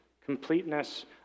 completeness